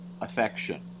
affection